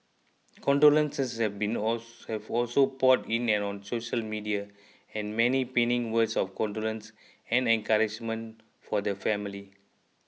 condolences have been also have also poured in on social media with many penning words of condolences and encouragement for the family